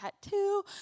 tattoo